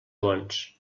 bons